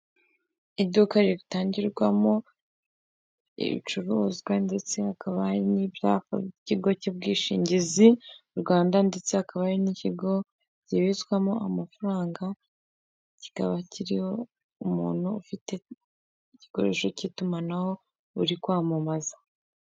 Iduka ritangirwamo ibicuruzwa ndetse hakaba n'ibyapa by'ikigo cy'ubwishingizi mu Rwanda ndetse hakaba hari n'ikigo kibitswamo amafaranga kikaba kiriho umuntu ufite igikoresho cy'itumanaho uri kwamamaza.